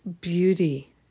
beauty